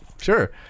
sure